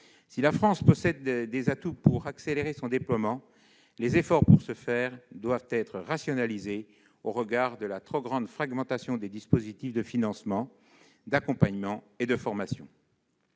Si la France possède des atouts pour accélérer son déploiement, les efforts à cette fin doivent être rationalisés au regard de la trop grande fragmentation des dispositifs de financement, d'accompagnement et de formation.